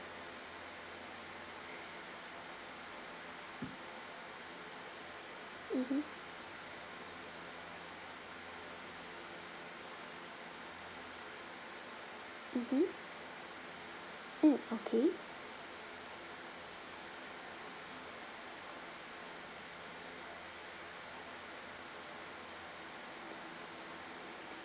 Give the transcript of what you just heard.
mmhmm mm okay